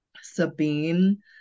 Sabine